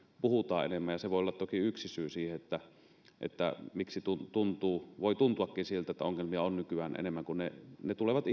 puhutaan enemmän ja se voi olla toki yksi syy siihen miksi voi tuntuakin siltä että ongelmia on nykyään enemmän kun ne tulevat